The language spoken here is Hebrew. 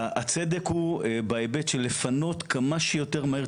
הצדק הוא בהיבט של פינוי החווה כמה שיותר מהר,